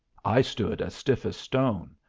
i stood as stiff as stone.